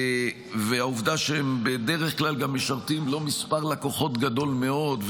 והעובדה שהם בדרך כלל גם משרתים לא מספר לקוחות גדול מאוד,